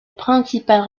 principale